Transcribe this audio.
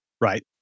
Right